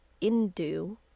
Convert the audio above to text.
Indu